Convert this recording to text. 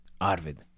Arvid